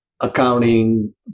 accounting